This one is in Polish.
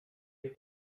nie